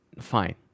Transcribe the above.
fine